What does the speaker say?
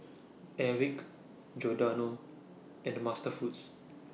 Airwick Giordano and MasterFoods